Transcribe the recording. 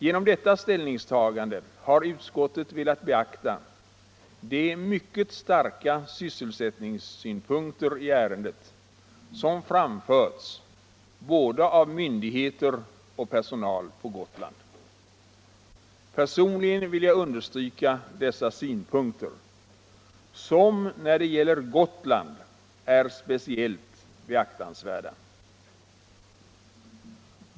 Genom detta ställningstagande har utskottet velat beakta de Anslag till kriminalmycket starka sysselsättningssynpunkter i ärendet som framförts av både — vården myndigheter och personal på Gotland. Personligen vill jag understryka dessa synpunkter, som när det gäller Gotland är speciellt beaktansvärda.